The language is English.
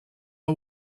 are